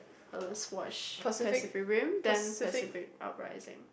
uh let's watch Pacific Rim then Pacific Uprising